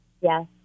yes